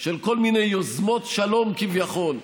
של כל מיני יוזמות שלום, כביכול,